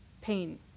Pain